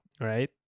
Right